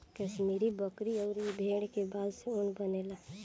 कश्मीरी बकरी अउरी भेड़ के बाल से इ ऊन बनेला